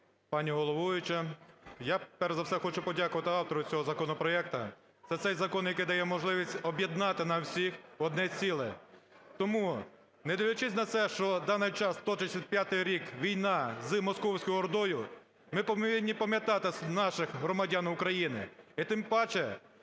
пані головуюча! Я перш за все хочу подякувати автору цього законопроекту. Це цей закон, який дає можливість об'єднати нас всіх в одне ціле. Тому, не дивлячись на це, що в даний час точиться п'ятий рік війна з московською ордою, ми повинні пам'ятати наших громадян України. І тим паче